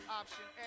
option